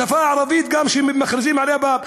מה פתאום השפה הערבית כבר מפריעה?